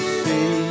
see